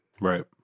Right